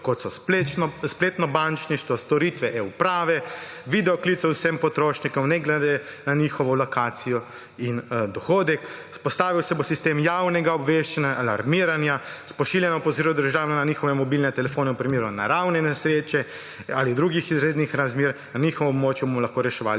kot so spletno bančništvo, storitve eUprave, video klicev vsem potrošnikov, ne glede na njihovo lokacijo in dohodek, vzpostavil se bo sistem javnega obveščanja ali alarmiranja s pošiljanjem opozoril države na njihove mobilne telefone v primeru naravne nesreče ali drugih izrednih razmer, na njihovem območju bomo lahko reševali